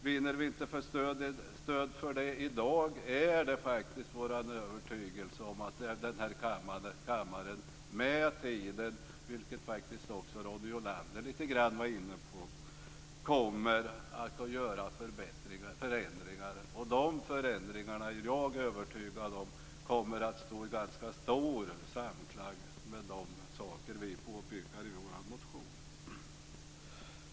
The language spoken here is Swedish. Vinner vi inte stöd för det i dag är det faktiskt vår övertygelse att den här kammaren med tiden - vilket faktiskt också Ronny Olander var inne på - kommer att göra förändringar. De förändringarna är jag övertygad om kommer att stå i stor samklang med det vi påpekar i vår motion.